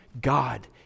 God